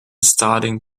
starting